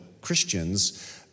Christians